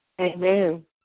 Amen